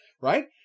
Right